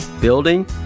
building